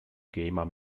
gamer